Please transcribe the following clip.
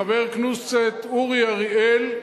חבר הכנסת אורי אריאל,